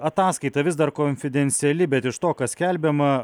ataskaita vis dar konfidenciali bet iš to kas skelbiama